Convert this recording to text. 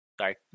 Sorry